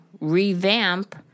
revamp